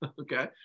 Okay